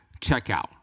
checkout